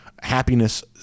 happiness